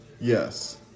Yes